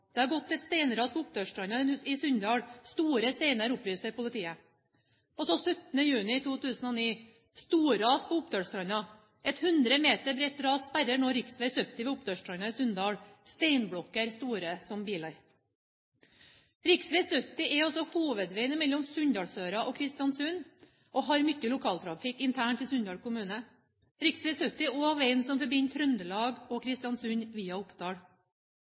Det har gått et steinras på Oppdølsstranda i Sunndal – Store steiner, opplyser politiet.» 17. juni 2009: «Storras på Oppdølsstranda. Et 100 meter bredt ras sperrer nå riksveg 70 ved Oppdølsstranda i Sunndal. Steinblokker store som biler.» Rv. 70 er altså hovedvei mellom Sunndalsøra og Kristiansund og har mye lokaltrafikk internt i Sunndal kommune. Rv. 70 er også veien som forbinder Trøndelag og Kristiansund via Oppdal.